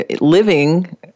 living